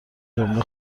جمله